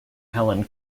helen